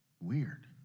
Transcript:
weird